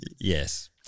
Yes